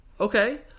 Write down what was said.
Okay